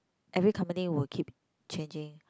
every company will keep changing